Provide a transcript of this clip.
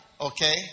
Okay